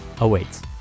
awaits